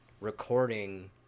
recording